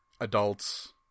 adults